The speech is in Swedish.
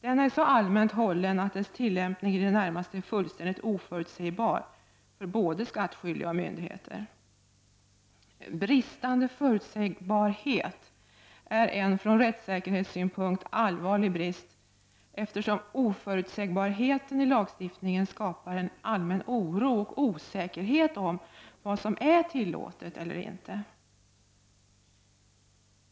Den är så allmänt hållen att dess tillämpning i det närmaste är fullständigt oförutsägbar för både skattskyldiga och myndigheter. Bristande förutsägbarhet är en från rättssäkerhetssynpunkt allvarlig brist, eftersom oförutsägbarhet i lagstiftningen skapar en allmän oro och osäkerhet om vad som är tillåtet eller inte.